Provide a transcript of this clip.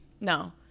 no